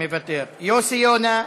מוותר, יוסי יונה,